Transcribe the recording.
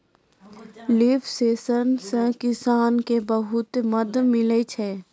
लिफ sensor से किसान के बहुत मदद मिलै छै